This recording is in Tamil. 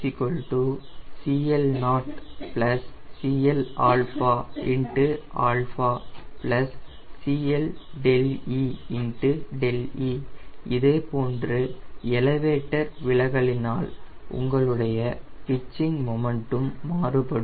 CL CL0 CL CLe 𝛿e இதேபோன்று எலவேட்டர் விலகலினால் உங்களுடைய பிட்சிங் மொமண்டும் மாறுபடும்